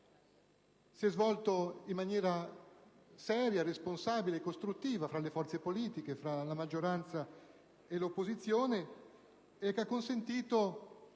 si è svolto in maniera seria, responsabile e costruttiva fra le forze politiche, fra la maggioranza e l'opposizione, e che ha consentito